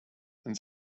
and